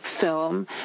film